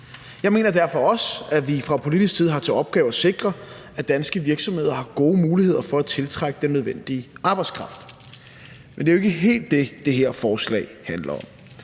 Jeg mener derfor også, at vi fra politisk side har til opgave at sikre, at danske virksomheder har gode muligheder for at tiltrække den nødvendige arbejdskraft. Men det er jo ikke helt det, det her forslag handler om.